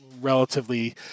relatively